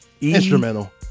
Instrumental